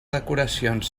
decoracions